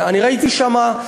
ואני ראיתי שם,